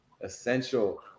essential